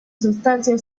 sustancias